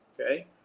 okay